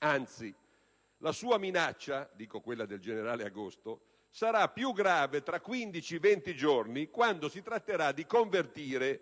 Anzi, la minaccia del generale agosto sarà più grave tra 15-20 giorni, quando si tratterà di convertire